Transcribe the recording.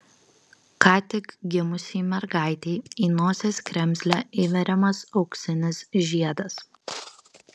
ką tik gimusiai mergaitei į nosies kremzlę įveriamas auksinis žiedas